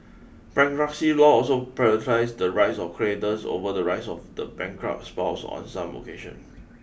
bankruptcy laws also prioritise the rights of creators over the rights of the bankrupt's spouse on some occasion